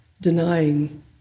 denying